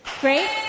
Great